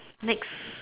next